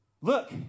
Look